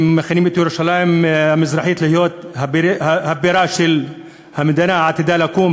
אם מכינים את ירושלים המזרחית להיות הבירה של המדינה העתידה לקום,